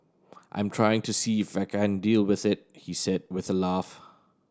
I'm trying to see if I can deal with it he said with a laugh